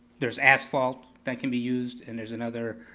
there's asphalt that can be used, and there's another,